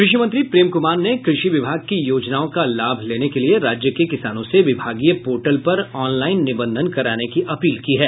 कृषि मंत्री प्रेम कुमार ने कृषि विभाग की योजनाओं का लाभ लेने के लिये राज्य के किसानों से विभागीय पोर्टल पर ऑनलाईन निबंधन कराने की अपील की है